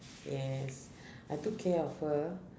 yes I took care of her